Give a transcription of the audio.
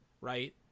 right